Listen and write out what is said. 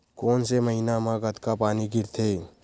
कोन से महीना म कतका पानी गिरथे?